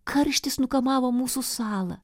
karštis nukamavo mūsų salą